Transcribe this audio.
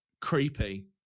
creepy